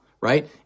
right